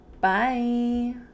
Bye